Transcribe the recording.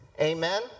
Amen